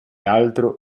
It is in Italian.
altro